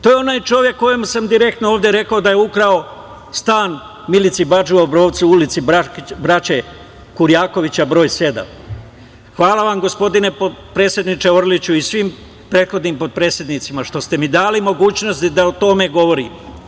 To je onaj čovek kojem sam direktno ovde rekao da je ukrao stan Milici Badži u Obrovcu u Ulici braće Kurjakovića broj 7. Hvala vam, gospodine potpredsedniče Orliću, i svim prethodnim potpredsednicima, što ste mi dali mogućnost da o tome govorim.